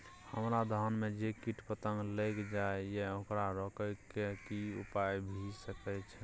हमरा धान में जे कीट पतंग लैग जाय ये ओकरा रोके के कि उपाय भी सके छै?